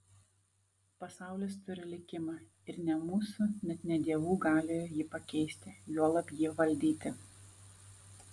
pasaulis turi likimą ir ne mūsų net ne dievų galioje jį pakeisti juolab jį valdyti